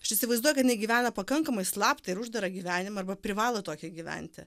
aš įsivaizduoju kad jinai gyvena pakankamai slaptą ir uždarą gyvenimą arba privalo tokį gyventi